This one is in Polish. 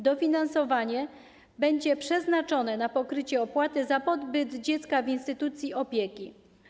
Dofinansowanie będzie przeznaczone na pokrycie opłaty za pobyt dziecka w instytucji opieki.